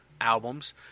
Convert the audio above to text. albums